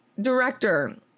director